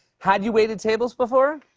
had you waited tables before?